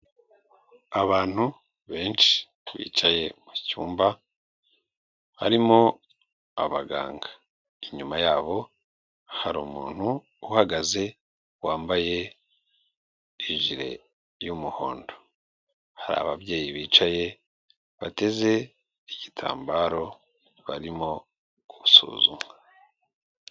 Abantu benshi bicaye mu cyumba harimo abaganga, inyuma yabo hari umuntu uhagaze wambaye ijire y'umuhondo hari ababyeyi bicaye bateze igitambaro barimo gusuzumwa.